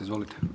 Izvolite.